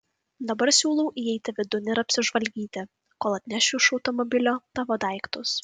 dabar siūlau įeiti vidun ir apsižvalgyti kol atnešiu iš automobilio tavo daiktus